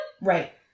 Right